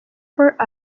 for